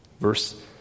Verse